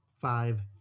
Five